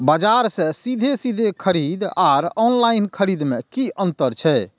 बजार से सीधे सीधे खरीद आर ऑनलाइन खरीद में की अंतर छै?